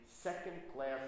second-class